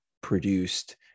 produced